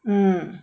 mm